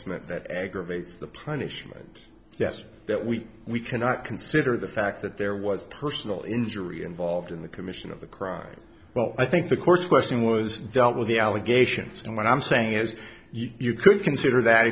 enhancement that aggravates the plane issue yes that we we cannot consider the fact that there was personal injury involved in the commission of the crime well i think the court's question was dealt with the allegations and what i'm saying is you could consider that